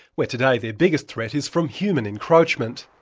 where today their biggest threat is from human encroachment.